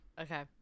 okay